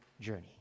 journey